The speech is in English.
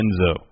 Enzo